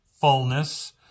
fullness